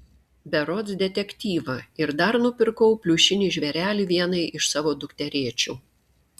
berods detektyvą ir dar nupirkau pliušinį žvėrelį vienai iš savo dukterėčių